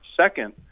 Second